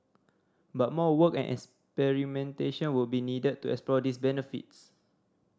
but more work and experimentation would be needed to explore these benefits